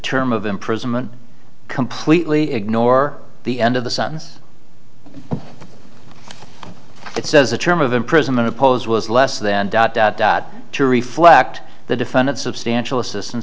term of imprisonment completely ignore the end of the sentence it says a term of imprisonment opposed was less then dot dot dot to reflect the defendant substantial assistance